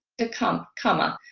could come come up